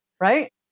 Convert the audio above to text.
Right